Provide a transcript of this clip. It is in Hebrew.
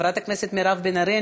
חברת הכנסת מירב בן ארי,